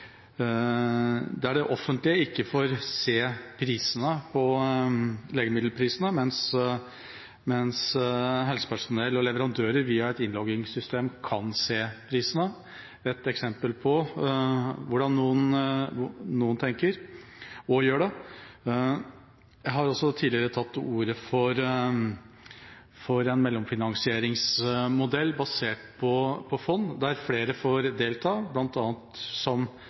det offentlige ikke får se legemiddelprisene, mens helsepersonell og leverandører via et innloggingssystem kan se prisene. Det er et eksempel på hvordan noen tenker og gjør det. Jeg har også tidligere tatt til orde for en mellomfinansieringsmodell basert på fond der flere får delta, som